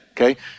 Okay